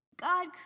God